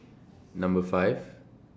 Number five